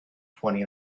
twenty